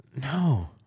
No